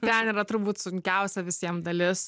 ten yra turbūt sunkiausia visiem dalis